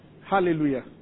Hallelujah